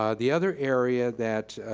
um the other area that,